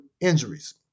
injuries